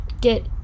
get